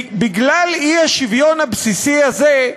בגלל האי-שוויון הבסיסי הזה,